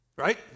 right